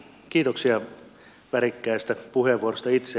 kiitoksia värikkäistä puheenvuoroista